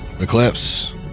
Eclipse